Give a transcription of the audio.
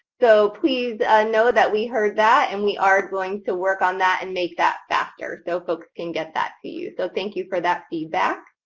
so please know that we heard that, and we are going to work on that and make that faster so folks can get that to you. so, thank you for that feedback.